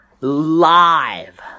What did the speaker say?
live